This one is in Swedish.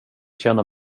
känna